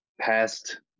Past